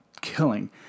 killing